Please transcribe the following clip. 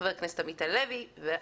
חבר הכנסת עמית הלוי ואנוכי.